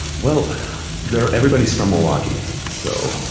well they're, everybody's from milwaukee, so